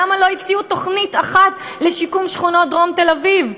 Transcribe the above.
למה לא הציעו תוכנית אחת לשיקום שכונות דרום תל-אביב?